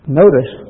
notice